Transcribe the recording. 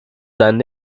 seinen